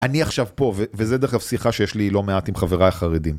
אני עכשיו פה, וזו דרך אגב שיחה שיש לי לא מעט עם חבריי החרדים.